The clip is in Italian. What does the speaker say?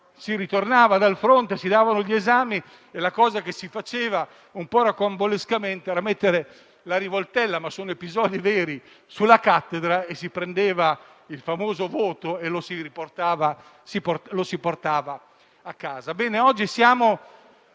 si ritornava dal fronte, si davano gli esami e la cosa che si faceva un po' rocambolescamente era mettere la rivoltella - sono episodi veri - sulla cattedra, si prendeva il famoso voto e lo si portava a casa. Oggi siamo